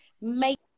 make